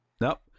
Nope